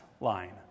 line